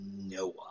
Noah